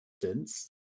distance